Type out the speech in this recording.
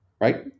right